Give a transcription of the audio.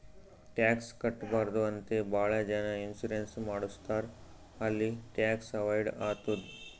tax ಕಟ್ಬಾರ್ದು ಅಂತೆ ಭಾಳ ಜನ ಇನ್ಸೂರೆನ್ಸ್ ಮಾಡುಸ್ತಾರ್ ಅಲ್ಲಿ ಟ್ಯಾಕ್ಸ್ ಅವೈಡ್ ಆತ್ತುದ್